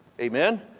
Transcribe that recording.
Amen